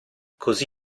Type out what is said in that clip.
così